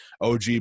OG